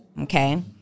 okay